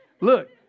Look